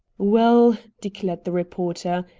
well, declared the reporter,